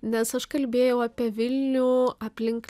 nes aš kalbėjau apie vilnių aplink